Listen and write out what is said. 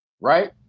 right